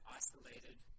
isolated